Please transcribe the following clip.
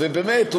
באמת,